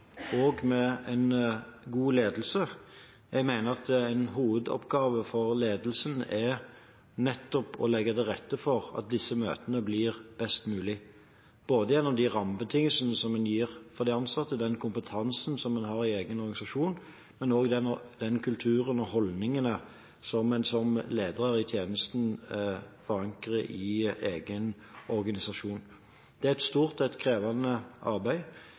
Jeg mener at en hovedoppgave for ledelsen nettopp er å legge til rette for at disse møtene blir best mulig, gjennom de rammebetingelsene som en gir for de ansatte, den kompetansen som en har i egen organisasjon, men også den kulturen og de holdningene som ledere i tjenesten forankrer i egen organisasjon. Det er et stort og krevende arbeid,